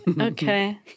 Okay